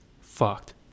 fucked